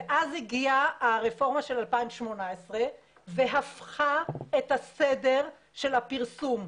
ואז הגיעה הרפורמה של 2018 והפכה את הסדר של הפרסום.